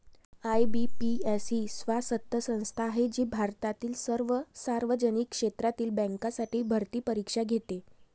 IBPS ही स्वायत्त संस्था आहे जी भारतातील सर्व सार्वजनिक क्षेत्रातील बँकांसाठी भरती परीक्षा घेते